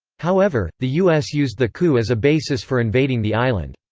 however, the u s. used the coup as a basis for invading the island.